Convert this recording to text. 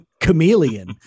chameleon